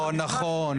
לא נכון.